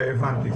הבנתי.